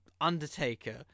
Undertaker